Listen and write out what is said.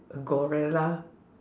a gorilla